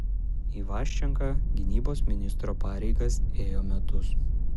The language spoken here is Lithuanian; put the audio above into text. ivaščenka gynybos ministro pareigas ėjo metus